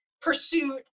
pursuit